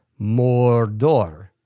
Mordor